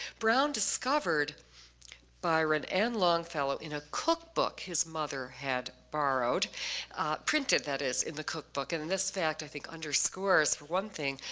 brown discovered byron and longfellow in a cookbook his mother had borrowed printed that is in the cookbook, and this fact i think underscores one thing.